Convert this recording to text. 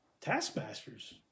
Taskmaster's